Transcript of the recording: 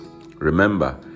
Remember